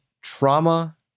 trauma